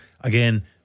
Again